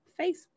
Facebook